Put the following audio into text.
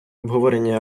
обговорення